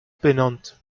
benannt